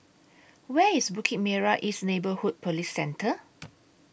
Where IS Bukit Merah East Neighbourhood Police Centre